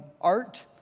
art